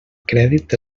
crèdit